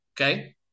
okay